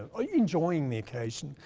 are you enjoying the occasion?